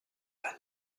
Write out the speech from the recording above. van